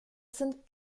sind